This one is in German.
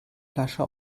flasche